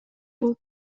бул